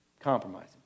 Compromising